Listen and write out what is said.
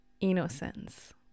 innocence